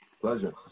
Pleasure